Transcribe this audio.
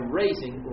raising